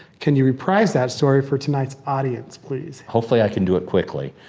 can you reprise that story for tonight's audience please? hopefully i can do it quickly.